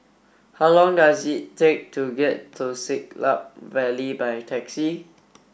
how long does it take to get to Siglap Valley by taxi